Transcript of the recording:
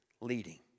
leading